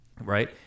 Right